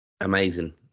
Amazing